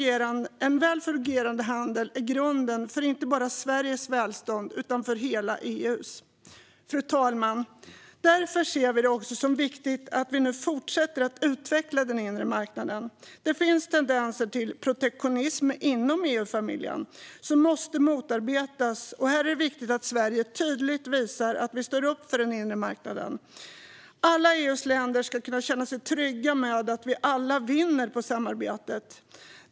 En väl fungerande handel är grunden, inte bara för Sveriges välstånd utan för välståndet i hela EU. Fru talman! Därför ser vi det som viktigt att vi nu fortsätter att utveckla den inre marknaden. Det finns tendenser till protektionism inom EU-familjen som måste motarbetas. Här är det viktigt att vi i Sverige tydligt visar att vi står upp för den inre marknaden. Alla EU:s länder ska kunna känna sig trygga med att vi alla vinner på samarbetet.